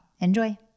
Enjoy